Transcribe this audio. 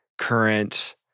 current